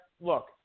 Look